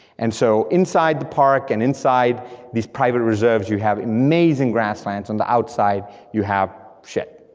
and so inside the park, and inside these private reserves you have amazing grasslands, on the outside you have shit,